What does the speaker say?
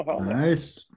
Nice